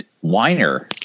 whiner